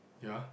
ya